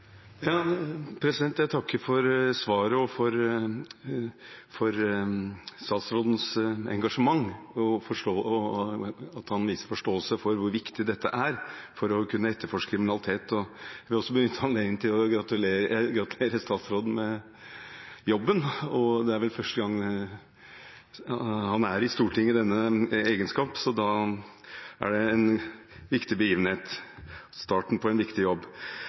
Jeg takker for svaret og for statsrådens engasjement, for at han viser forståelse for hvor viktig dette er for å kunne etterforske kriminalitet. Jeg vil også benytte anledningen til å gratulere statsråden med jobben, og det er vel første gang han er i Stortinget i den egenskap, så det er en viktig begivenhet, starten på en viktig jobb.